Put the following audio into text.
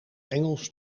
engels